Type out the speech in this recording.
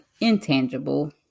intangible